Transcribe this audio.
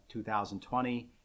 2020